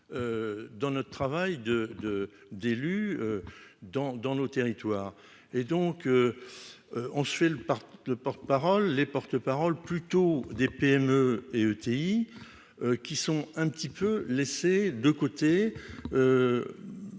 dans notre travail de de d'élus dans dans nos territoires et donc on fait le par le porte-parole, les porte-parole plutôt des PME et ETI qui sont un petit peu laissé de côté